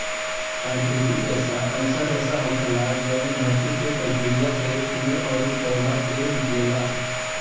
प्राकृतिक रेसा अईसन रेसा होखेला जवन धरती के प्रक्रिया से पेड़ ओरी पौधा से निकलेला